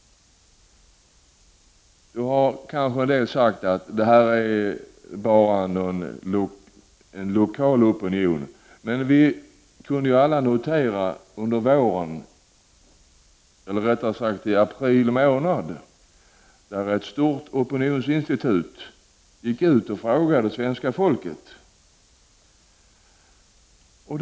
Man kan säga att detta bara är en lokal opinion. Men vi kunde alla notera att ett stort opinionsinstitut i april Prot. 1989/90:31 månad frågade svenska folket om denna bro.